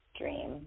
dream